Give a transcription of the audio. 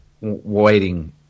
waiting